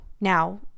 Now